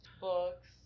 Books